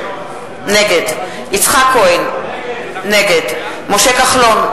נגד יצחק כהן, נגד משה כחלון,